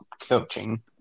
coaching